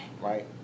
right